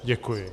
Děkuji.